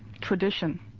tradition